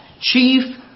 chief